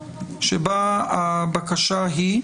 שבה הבקשה היא?